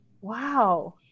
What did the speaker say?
Wow